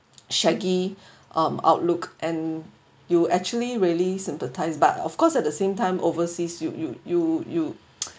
shaggy um outlook and you actually really sympathise but of course at the same time overseas you you you you